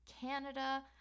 Canada